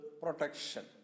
protection